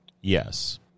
Yes